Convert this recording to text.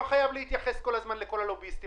לא חייבים להתייחס לכל הלוביסטים.